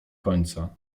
końca